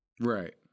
Right